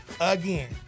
again